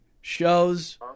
shows